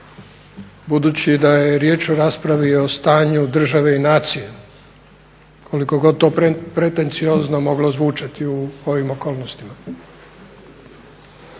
budući da je riječ o raspravi o stanju države i nacije, koliko god to pretenciozno moglo zvučati u ovim okolnostima.